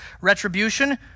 retribution